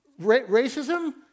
Racism